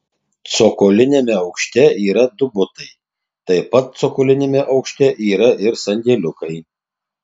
cokoliniame aukšte yra du butai taip pat cokoliniame aukšte yra ir sandėliukai